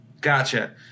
Gotcha